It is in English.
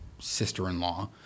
sister-in-law